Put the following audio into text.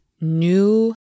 new